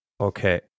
Okay